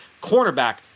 cornerback